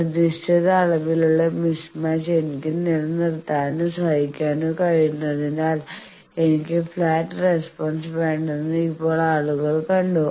ഒരു നിശ്ചിത അളവിലുള്ള മിസ്മാച്ച് എനിക്ക് നിലനിർത്താനോ സഹിക്കാനോ കഴിയുന്നതിനാൽ എനിക്ക് ഫ്ലാറ്റ് റെസ്പോൺസ് വേണ്ടെന്ന് ഇപ്പോൾ ആളുകൾ കണ്ടു